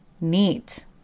neat